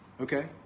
okay.